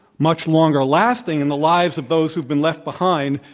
much longer-lasting in the lives of those who've been left behind,